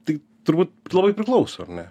tai turbūt labai priklauso ar ne